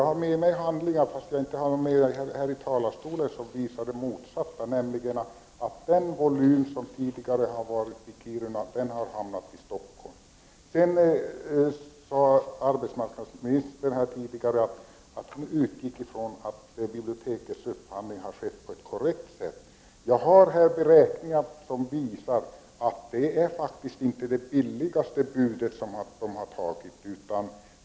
Herr talman! Jag har med mig handlingar som visar det motsatta, nämligen att den volym som tidigare har funnits i Kiruna nu har hamnat i Stockholm. Arbetsmarknadsministern sade tidigare att hon utgick ifrån att bibliotekets upphandling har skett på ett korrekt sätt. Jag har beräkningar som visar att man faktiskt inte har tagit det billigaste anbudet.